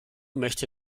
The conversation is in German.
möchte